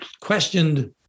questioned